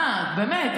אה, באמת.